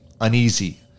uneasy